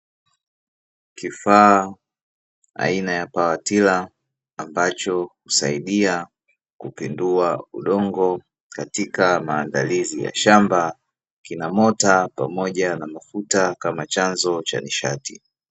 Kifaa ania ya pawatila, ambacho husaidia kupinduua udongo katika maandalizi ya shamba, kina mota pamoja na mafuta kama chanjo cha nishati.